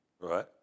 Right